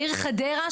בעיר חדרה,